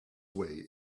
way